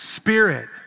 spirit